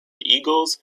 eagles